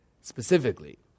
specifically